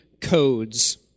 codes